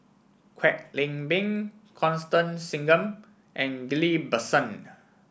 Kwek Leng Beng Constance Singam and Ghillie Basan